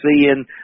seeing